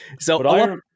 So-